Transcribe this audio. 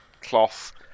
cloth